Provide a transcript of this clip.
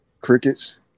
Crickets